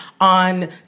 on